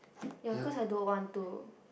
yea cause I don't want to